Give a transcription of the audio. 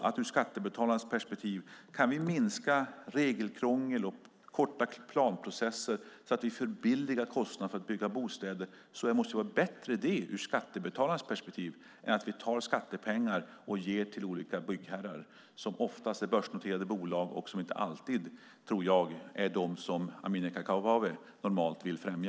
Om vi kan minska regelkrångel och korta planprocesser så att vi förbilligar kostnaden för att bygga bostäder tror jag att det också är bättre ur skattebetalarnas perspektiv. Det är bättre än att vi tar skattepengar och ger till olika byggherrar, som oftast är börsnoterade bolag och som inte alltid, tror jag, är de som Amineh Kakabaveh normalt vill främja.